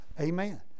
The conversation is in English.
Amen